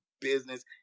business